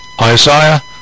Isaiah